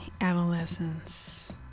adolescence